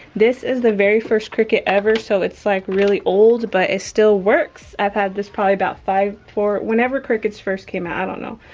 this is the very first cricut ever so it's like really old, but it still works. i've had this probably about five, four, whenever cricuts first came out. i don't know.